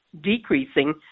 decreasing